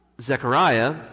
Zechariah